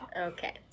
okay